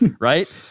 right